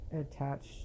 attached